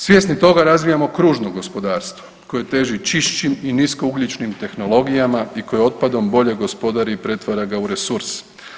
Svjesni toga, razvijamo kružno gospodarstvo koje teži čišćim i niskougljičnim tehnologijama i koje otpadom bolje gospodari i pretvara ga u resurs.